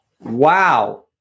wow